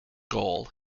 goal